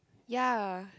yea